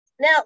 Now